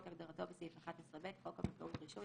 "כהגדרתו בסעיף 11ב לחוק הבנקאות (רישוי),